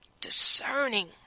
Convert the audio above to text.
discerning